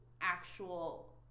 actual